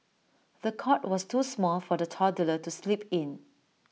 the cot was too small for the toddler to sleep in